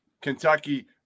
Kentucky –